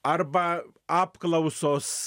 arba apklausos